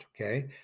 okay